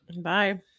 bye